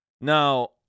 Now